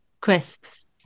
Crisps